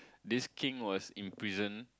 this king was in prison